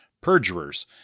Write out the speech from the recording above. perjurers